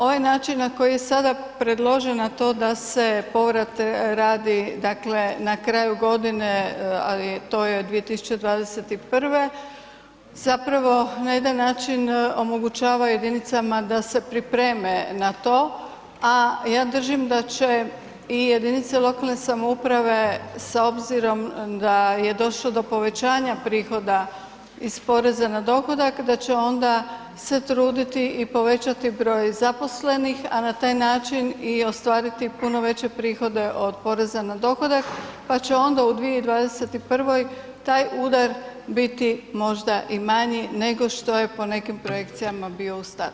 Ovaj način na koji je sada predložen, a to da se povrat radi dakle na kraju godine, a to je 2021. zapravo na jedan način omogućava jedinicama da se pripreme na to, a ja držim da će i jedinice lokalne samouprave s obzirom da je došlo do povećanja prihoda iz poreza na dohodak, da će onda se truditi i povećati broj zaposlenih, a na taj način i ostvariti puno veće prihode od poreza na dohodak, pa će onda u 2021. taj udar biti možda i manji nego što je po nekim projekcijama bio u startu.